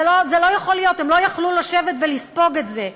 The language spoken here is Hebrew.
זה לא יכול להיות, הם לא יכלו לשבת ולספוג את זה.